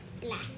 black